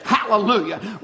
Hallelujah